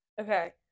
Okay